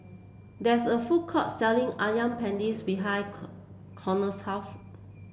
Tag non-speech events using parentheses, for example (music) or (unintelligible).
there's a food court selling Asam Pedas behind (unintelligible) Conard's house